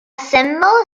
symbol